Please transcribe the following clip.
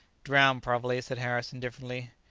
drowned, probably, said harris indifferently.